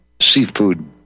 seafood